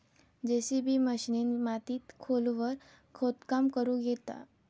JCB मशिनीन मातीत खोलवर खोदकाम करुक येता